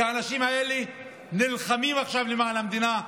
כי האנשים האלה נלחמים עכשיו למען המדינה,